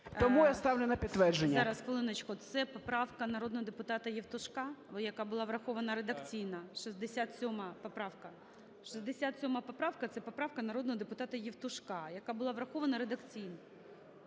Тому я ставлю на підтвердження. ГОЛОВУЮЧИЙ. Зараз, хвилиночку. Це поправка народного депутата Євтушка, яка була врахована редакційно, 67 поправка. 67 поправка – це поправка народного депутата Євтушка, яка була врахована редакційно.